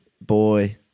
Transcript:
boy